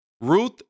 Ruth